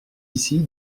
ici